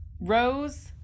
Rose